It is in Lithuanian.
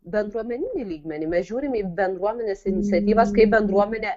bendruomeninį lygmenį mes žiūrime į bendruomenės iniciatyvas kaip bendruomenė